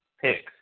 picks